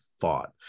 thought